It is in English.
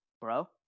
bro